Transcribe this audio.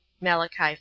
Malachi